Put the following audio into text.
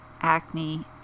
acne